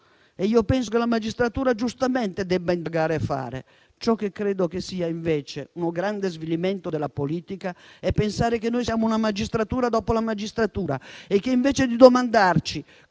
e io penso che la magistratura giustamente debba indagare. Ciò che credo sia, invece, un grande svilimento della politica è pensare che noi siamo una magistratura dopo la magistratura e che, invece di domandarci